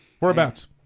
Whereabouts